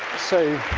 so